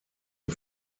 ihr